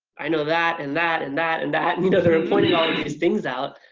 i know that, and that, and that, and that. you know they're and pointing all of these things out